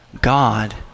God